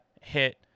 hit